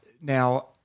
Now